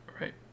Right